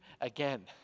again